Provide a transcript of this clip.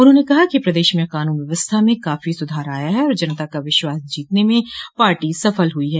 उन्होंने कहा कि प्रदेश में कानून व्यवस्था में काफी सुधार आया है और जनता का विश्वास जीतने में पार्टी सफल हुई है